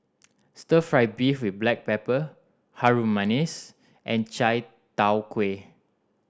Stir Fry beef with black pepper Harum Manis and Chai Tow Kuay